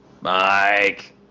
Mike